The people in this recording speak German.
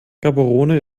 gaborone